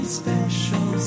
special